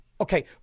okay